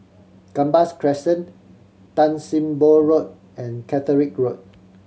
Gambas Crescent Tan Sim Boh Road and Caterick Road